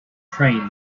train